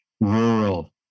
rural